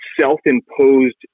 self-imposed